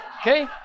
okay